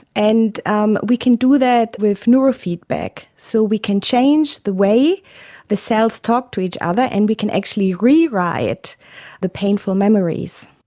and um we can do that with neurofeedback. so we can change the way the cells talk to each other and we can actually rewrite the painful memories.